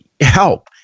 help